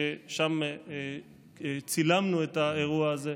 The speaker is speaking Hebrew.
שם צילמנו את האירוע הזה,